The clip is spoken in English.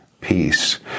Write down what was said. peace